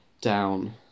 down